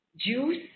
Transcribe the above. juice